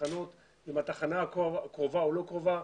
תחנות - אם התחנה קרובה או לא קרובה,